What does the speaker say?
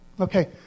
Okay